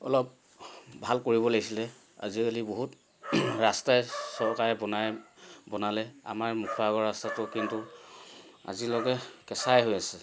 অলপ ভাল কৰিব লাগিছিলে আজিকালি বহুত ৰাস্তাই চৰকাৰে বনাই বনালে আমাৰ মুখৰ আগৰ ৰাস্তাটো কিন্তু আজিলৈকে কেঁচাই হৈ আছে